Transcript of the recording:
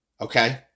Okay